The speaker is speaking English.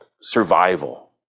survival